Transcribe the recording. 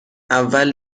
اول